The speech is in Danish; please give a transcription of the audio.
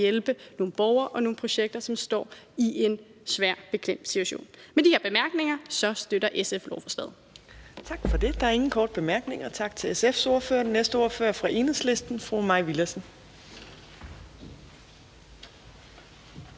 hjælpe nogle borgere og nogle projekter, der er i en svær situation. Med de her bemærkninger støtter SF lovforslaget. Kl. 13:37 Fjerde næstformand (Trine Torp): Der er ingen korte bemærkninger. Tak til SF's ordfører. Den næste ordfører er fra Enhedslisten. Fru Mai Villadsen.